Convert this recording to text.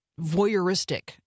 voyeuristic